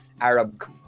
Arab